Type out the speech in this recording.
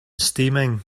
steaming